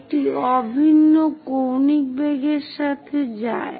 এটি অভিন্ন কৌণিক বেগের সাথে যায়